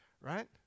right